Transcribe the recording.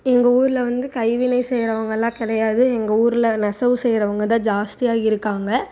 எங்கள் ஊரில் வந்து கைவினை செய்றவங்கள்லாம் கிடையாது எங்கள் ஊரில் நெசவு செய்றவங்க தான் ஜாஸ்தியாக இருக்காங்க